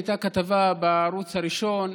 הייתה כתבה בערוץ הראשון,